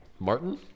Martin